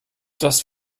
das